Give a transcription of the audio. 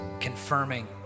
confirming